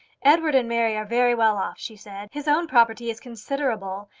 edward and mary are very well off, she said. his own property is considerable,